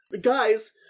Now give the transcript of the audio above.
guys